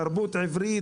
תרבות עברית,